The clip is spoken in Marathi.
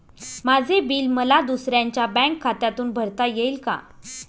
माझे बिल मला दुसऱ्यांच्या बँक खात्यातून भरता येईल का?